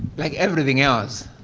like everything else,